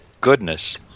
goodness